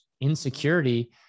insecurity